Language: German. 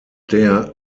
der